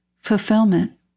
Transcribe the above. fulfillment